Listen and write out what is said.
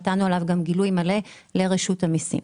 נתנו עליו גם גילוי מלא לרשות המסים.